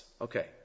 okay